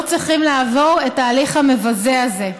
לא צריכים לעבור את ההליך המבזה הזה.